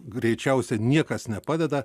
greičiausia niekas nepadeda